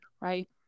right